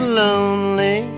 lonely